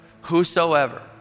whosoever